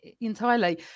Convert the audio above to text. entirely